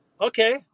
okay